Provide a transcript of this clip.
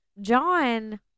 John